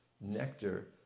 nectar